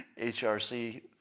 HRC